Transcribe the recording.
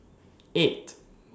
eight